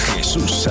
Jesús